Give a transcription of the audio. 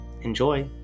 Enjoy